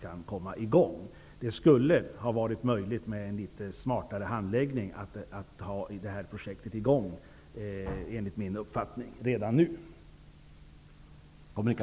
Det skulle, enligt min uppfattning, ha varit möjligt att få i gång projektet redan nu med hjälp av en smartare handläggning.